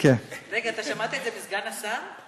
אתה שמעת את זה מסגן השר?